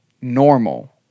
normal